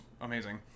amazing